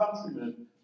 countrymen